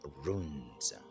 runes